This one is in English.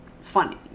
funny